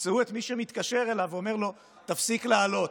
תמצאו את מי שמתקשר אליו ואומר לו: תפסיק לעלות.